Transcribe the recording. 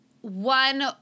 one